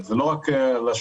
זה לא רק לשמנים.